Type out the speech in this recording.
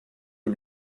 eux